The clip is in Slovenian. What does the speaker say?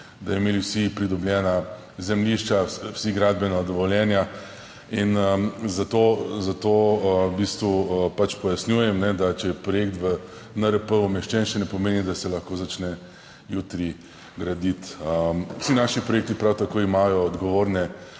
da bi imeli vsi pridobljena zemljišča, vsi gradbena dovoljenja in zato v bistvu pač pojasnjujem, da če je projekt v NRP umeščen še ne pomeni, da se lahko začne jutri graditi. Vsi naši projekti prav tako imajo odgovorne